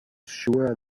sure